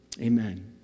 Amen